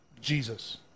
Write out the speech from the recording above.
Jesus